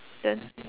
then